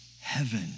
heaven